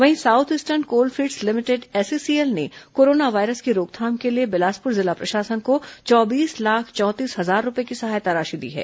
वहीं south eastern coal fields limited SECL ने corona virus की रोकथाम के लिए बिलासपुर जिला प्रशासन को चौबीस लाख चौंतीस हजार रूपये की सहायता दी है